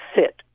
sit